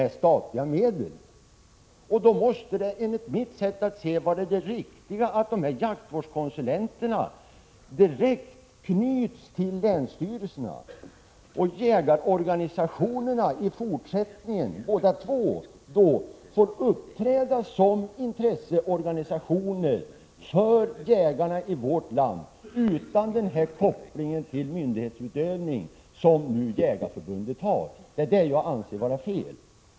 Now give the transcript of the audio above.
Då måste det riktiga enligt mitt sätt att se vara att dessa jaktvårdskonsulenter knyts direkt till länsstyrelserna och att båda jägarorganisationerna får uppträda som intresseorganisationer för jägarna i vårt land. Då får vi bort den koppling till myndighetsutövning som Jägareförbundet nu har och som jag anser vara fel.